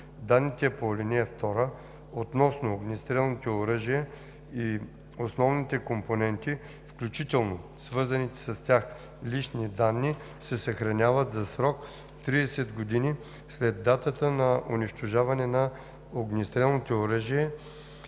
Данните по ал. 2 относно огнестрелните оръжия и основните компоненти, включително свързаните с тях лични данни, се съхраняват за срок 30 години след датата на унищожаване на огнестрелните оръжия